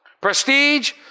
prestige